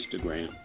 Instagram